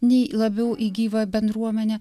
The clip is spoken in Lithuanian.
nei labiau į gyvą bendruomenę